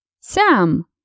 Sam